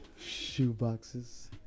Shoeboxes